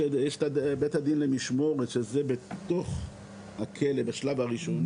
יש את בית הדין למשמורת שזה בתוך הכלא בשלב הראשוני,